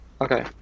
Okay